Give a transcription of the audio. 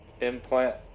Implant